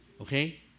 okay